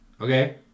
Okay